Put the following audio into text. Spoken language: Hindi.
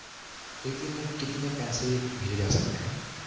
एक दिन में कितने पैसे भेजे जा सकते हैं?